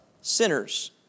sinners